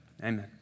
Amen